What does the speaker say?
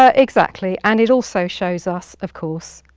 ah exactly and it also shows us, of course,